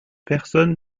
personne